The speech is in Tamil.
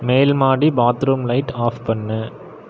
மேல்மாடி பாத்ரூம் லைட் ஆஃப் பண்ணு